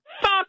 Fuck